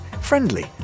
friendly